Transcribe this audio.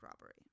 robbery